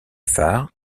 phare